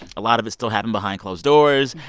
a lot of it still happened behind closed doors.